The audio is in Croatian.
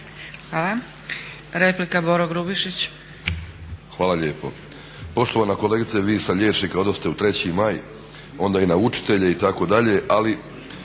**Grubišić, Boro (HDSSB)** Hvala lijepo. Poštovana kolegice, vi sa liječnika odoste u 3. Maj, onda i na učitelje itd. Ali